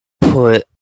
put